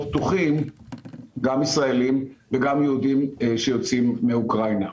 בטוחים גם ישראלים וגם יהודים שיוצאים מאוקראינה.